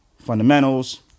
fundamentals